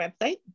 website